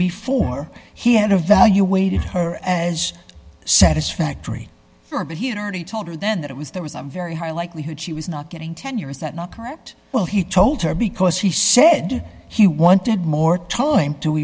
before he had a value weighted her as satisfactory her but he had already told her then that it was there was a very high likelihood she was not getting tenure is that not correct well he told her because he said he wanted more time to